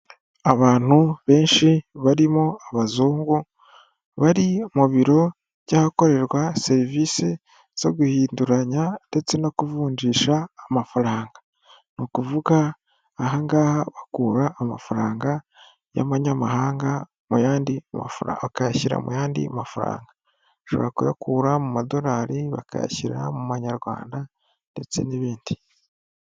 Abantu benshi barimo abazungu, bari mu biro by'ahakorerwa serivisi zo guhinduranya ndetse no kuvunjisha amafaranga. Ni ukuvuga aha ngaha bakura amafaranga y'amanyamahanga mu yandi mafaranga, bakayashyira mu yandi mafaranga, bashobora kuyakura mu madolari bakayashyira mu manyarwanda ndetse n'ibindi.